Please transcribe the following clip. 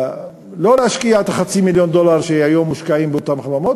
לא להשקיע חצי מיליון דולר שהיו מושקעים באותן חממות,